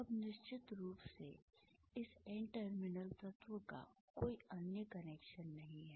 अब निश्चित रूप से इस एन टर्मिनल तत्व का कोई अन्य कनेक्शन नहीं है